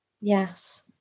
Yes